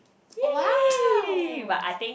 oh !wow!